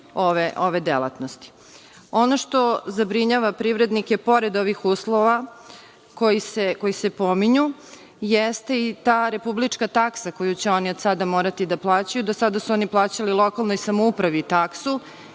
ove delatnosti. Ono što zabrinjava privrednike, pored ovih uslova koji se pominju, jeste i ta republička taksa koju će oni od sada morati da plaćaju. Do sada su oni plaćali lokalnoj samoupravi taksu